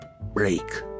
break